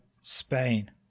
Spain